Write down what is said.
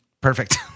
perfect